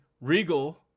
Regal